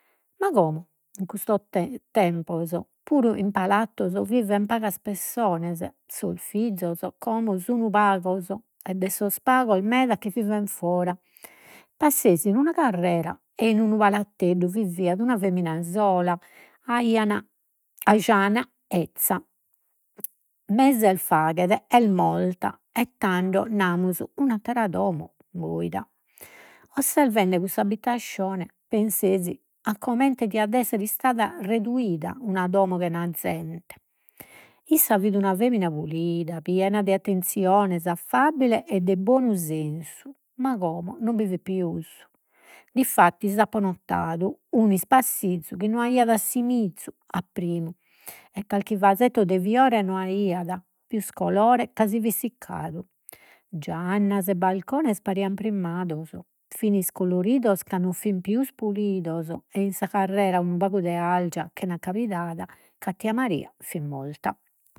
Ma como, in tem- tempos, puru in palattos viven pagas pessones. Sos fizos como sun pagos, e de sos pagos meda che viven fora. Passesi in una carrera e in un palatteddu viviat una femina sola, ajana, 'ezza. Meses faghet est morta e tando namus, un'attera domo boida. Osservende cuss'abbitascione pensesi a comente istada reduida una domo chena zente. Issa fit una femina pulida, piena de attenziones, affabile e de bonu sensu, ma como no bi fit pius. Difattis apo notadu un 'ispassizu chi no aiat assimizu a primu, e carchi vasetto de fiore no aiat pius colore, ca si fit. Giannas e balcones parian primmados, fini iscoloridos, ca no fin pius pulidos, e in sa carrera unu pagu de argia chena accabidada. Ca tia Maria fit morta.